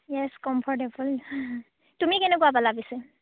য়েছ comfortable তুমি কেনেকুৱা পালা পিছে